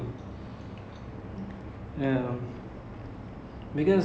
ya that sounds ya I think so too what about you